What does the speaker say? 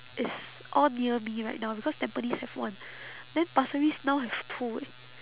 it's all near me right now because tampines have one then pasir ris now have two eh